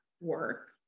work